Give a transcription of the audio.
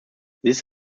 this